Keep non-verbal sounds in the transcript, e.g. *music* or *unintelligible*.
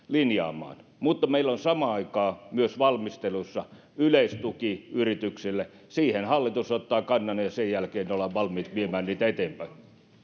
*unintelligible* linjaamaan mutta meillä on samaan aikaan valmistelussa myös yleistuki yrityksille siihen hallitus ottaa kannan ja sen jälkeen ollaan valmiit viemään niitä eteenpäin